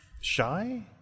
Shy